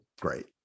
great